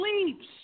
sleeps